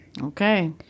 okay